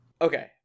Okay